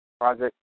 project